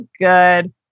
good